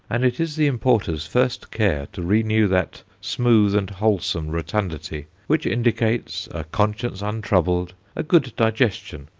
and it is the importer's first care to renew that smooth and wholesome rotundity which indicates a conscience untroubled, a good digestion,